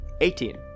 Eighteen